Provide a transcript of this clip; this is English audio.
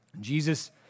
Jesus